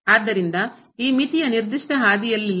ಆದ್ದರಿಂದ ಈ ಮಿತಿಯು ನಿರ್ದಿಷ್ಟ ಹಾದಿಯಲ್ಲಿಲ್ಲ